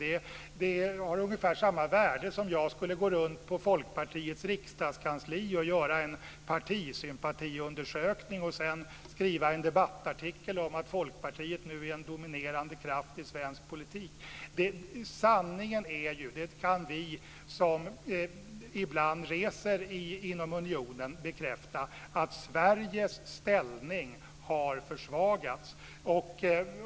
Det har ungefär samma värde som om jag skulle gå runt på Folkpartiets riksdagskansli och göra en partisympatiundersökning och sedan skriva en debattartikel om att Folkpartiet nu är en dominerande kraft i svensk politik. Sanningen är ju - det kan vi som ibland reser inom unionen bekräfta - att Sveriges ställning har försvagats.